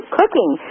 cooking